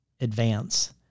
advance